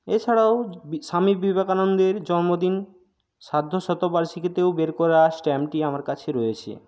এছাড়াও স্বামী বিবেকানন্দের জন্মদিন সার্ধশতবার্ষিকীতেও বের করা স্ট্যাম্পটি আমার কাছে রয়েছে